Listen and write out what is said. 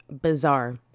bizarre